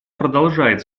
продолжает